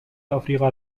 افریقا